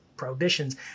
prohibitions